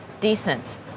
decent